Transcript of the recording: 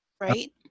Right